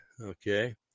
Okay